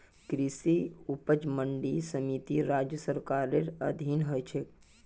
कृषि उपज मंडी समिति राज्य सरकारेर अधीन ह छेक